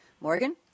Morgan